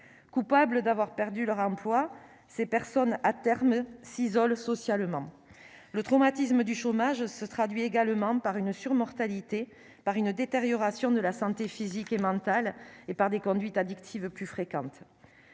coupable d'avoir perdu leur emploi, ces personnes à terme s'isolent socialement le traumatisme du chômage se traduit également par une surmortalité par une détérioration de la santé physique et mentale et par des conduites addictives, plus fréquente